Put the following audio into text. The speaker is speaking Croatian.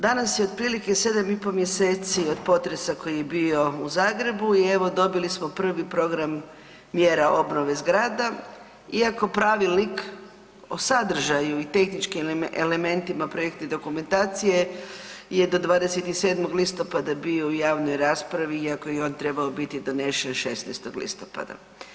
Danas je otprilike 7 i po mjeseci od potresa koji je bio u Zagrebu i evo dobili smo prvi program mjera obnove zgrada iako Pravilnik o sadržaju i tehničkim elementima projektne dokumentacije je do 27. listopada bio u javnoj raspravi iako je i on trebao biti donesen 16. listopada.